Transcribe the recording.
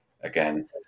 again